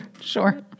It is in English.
sure